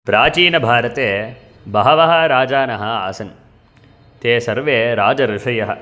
प्राचीनभारते बहवः राजानः आसन् ते सर्वे राजऋषयः